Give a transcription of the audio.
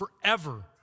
forever